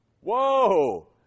Whoa